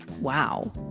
Wow